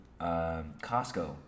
Costco